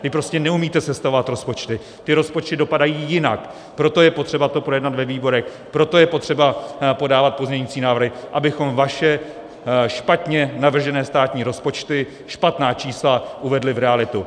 Vy prostě neumíte sestavovat rozpočty, ty rozpočty dopadají jinak, proto je potřeba to projednat ve výborech, proto je potřeba podávat pozměňovací návrhy, abychom vaše špatně navržené státní rozpočty, špatná čísla uvedli v realitu.